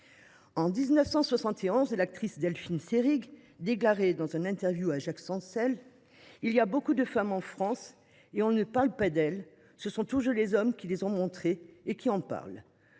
En 1971, l’actrice Delphine Seyrig déclarait, dans une interview avec Jacques Chancel :« Il y a beaucoup de femmes en France et on ne parle pas d’elles, ce sont toujours les hommes qui les ont montrées, qui en ont